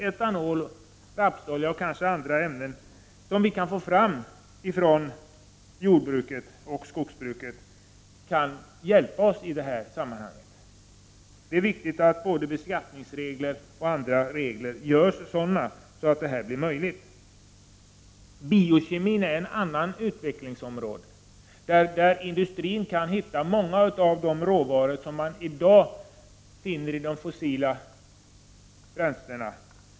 Etanol, rapsolja och kanske andra ämnen som vi kan få fram från jordbruket och skogsbruket kan hjälpa oss i det här sammanhanget. Det är viktigt att både beskattningsregler och andra regler görs sådana att detta blir möjligt. Biokemin är ett annat utvecklingsområde där industrin kan hitta många av de råvaror som man i dag finner i de fossila bränslena.